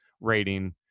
rating